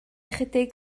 ychydig